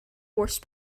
horse